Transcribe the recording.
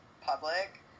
public